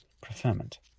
preferment